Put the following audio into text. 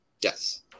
Yes